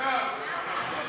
סעיפים 1 2